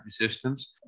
resistance